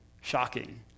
shocking